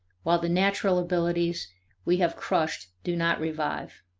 while the natural abilities we have crushed do not revive.